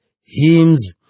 hymns